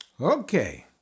Okay